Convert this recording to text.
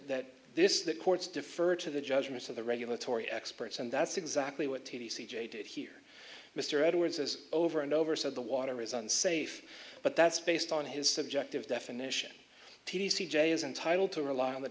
this that courts defer to the judgments of the regulatory experts and that's exactly what t v c j did hear mr edwards as over and over said the water is unsafe but that's based on his subjective definition t c jay is entitled to rely on the